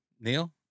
Neil